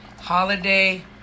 holiday